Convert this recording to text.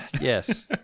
Yes